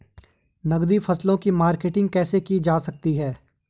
नकदी फसलों की मार्केटिंग कैसे की जा सकती है?